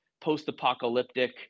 post-apocalyptic